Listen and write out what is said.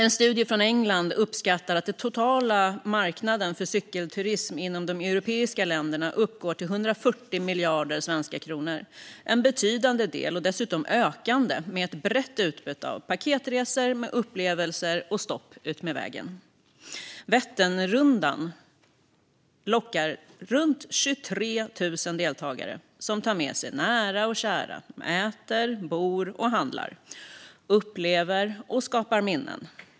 En studie från England uppskattar att den totala marknaden för cykelturism inom de europeiska länderna uppgår till 140 miljarder svenska kronor. Det är en betydande del, och den är dessutom ökande med ett brett utbud av paketresor med upplevelser och stopp utmed vägen. Vätternrundan lockar runt 23 000 deltagare som tar med sig nära och kära. De äter, bor, handlar, upplever och skapar minnen.